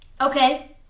Okay